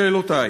שאלותי: